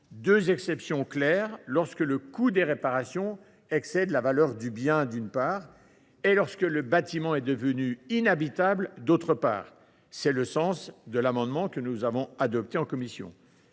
deux exceptions claires : lorsque le coût des réparations excède la valeur du bien et lorsque le bâtiment est devenu inhabitable. C’est le sens de l’amendement que nous avons adopté en commission.